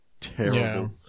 terrible